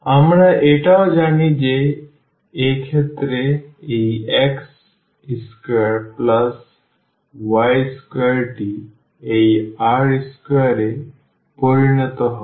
আমরা এটাও জানি যে এই ক্ষেত্রে এই x square plus y square টি এই r square এ পরিণত হবে